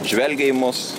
žvelgia į mus